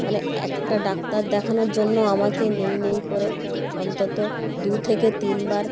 মানে একটা ডাক্তার দেখানোর জন্য আমাকে নেই নেই করে অন্তত দু থেকে তিনবার